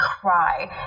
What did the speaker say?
cry